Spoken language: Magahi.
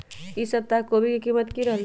ई सप्ताह कोवी के कीमत की रहलै?